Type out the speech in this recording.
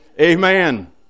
Amen